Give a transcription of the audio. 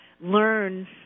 learn